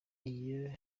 iyo